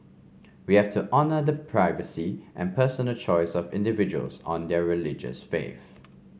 we have to honour the privacy and personal choice of individuals on their religious faith